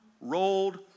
rolled